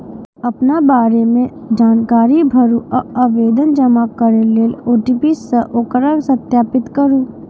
अपना बारे मे जानकारी भरू आ आवेदन जमा करै लेल ओ.टी.पी सं ओकरा सत्यापित करू